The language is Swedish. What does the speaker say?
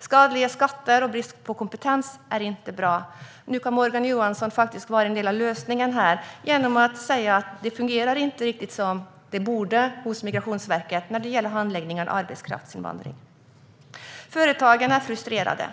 Skadliga skatter och brist på kompetens är inte bra. Morgan Johansson kan faktiskt vara en del av lösningen genom att säga att det inte fungerar riktigt som det borde hos Migrationsverket när det gäller handläggningen av arbetskraftsinvandring. Företagen är frustrerade.